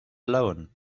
alone